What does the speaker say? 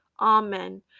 Amen